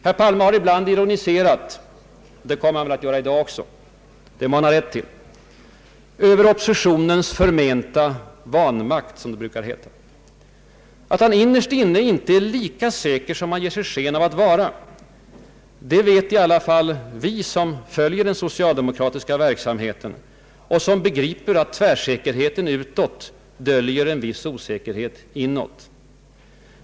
Herr Palme har ibland ironiserat — det kommer han väl att göra i dag också och det må han ha rätt att göra — Över oppositionens förmenta ”vanmakt”. Att han innerst inne inte är lika säker som han ger sken av att vara det vet i alla fall vi som följer den socialdemokratiska verksamheten och som begriper att tvärsäkerheten utåt döljer en viss osäkerhet inåt.